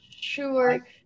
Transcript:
sure